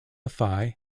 phi